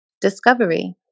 discovery